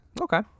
Okay